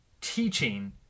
teaching